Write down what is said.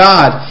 God